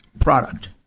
product